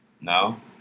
No